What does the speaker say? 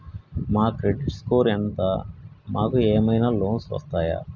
మా credit score ఎంత ఉంది? మాకు ఏమైనా లోన్స్ వస్తయా?